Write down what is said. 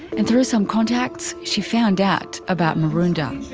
and through some contacts she found out about maroondah.